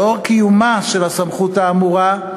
לאור קיומה של הסמכות האמורה,